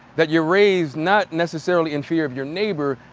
that you're raised not necessarily in fear of your neighbor,